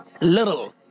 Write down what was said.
little